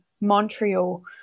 Montreal